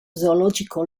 zoological